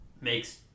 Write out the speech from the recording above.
makes